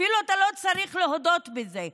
אתה אפילו לא צריך להודות בזה.